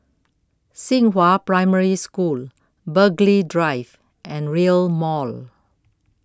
Xinghua Primary School Burghley Drive and Rail Mall